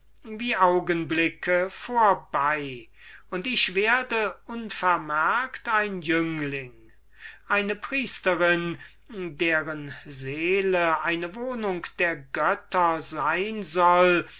wie augenblicke vorbei und ich werde unvermerkt ein jüngling eine priesterin deren seele eine wohnung der götter sein soll